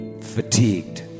fatigued